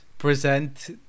Present